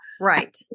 Right